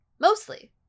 mostly